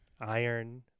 iron